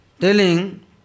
Telling